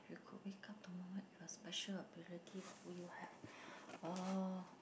if you could wake up tomorrow with a special ability what would you have uh